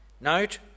Note